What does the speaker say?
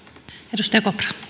arvoisa